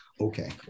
okay